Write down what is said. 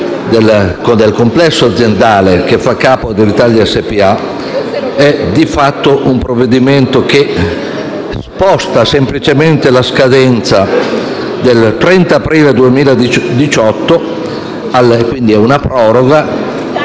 il complesso aziendale che fa capo ad Alitalia SpA, è di fatto un provvedimento che sposta semplicemente la scadenza del 30 aprile 2018, quindi è una proroga